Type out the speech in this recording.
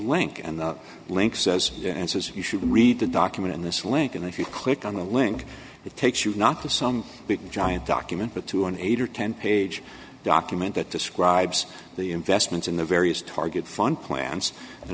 link and the link says the answer is you should read the document in this link and if you click on the link it takes you not to some big giant document but to an eight or ten page document that describes the investments in the various target fun plans and